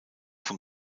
von